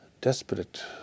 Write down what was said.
desperate